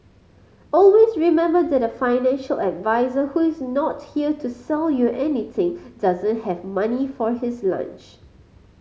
always remember that a financial advisor who is not here to sell you anything doesn't have money for his lunch